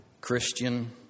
Christian